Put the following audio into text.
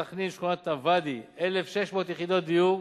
סח'נין, שכונת-הוואדי, 1,600 יחידות דיור,